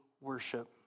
worship